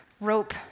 rope